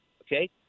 Okay